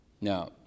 Now